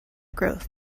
growth